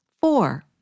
Four